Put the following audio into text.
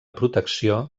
protecció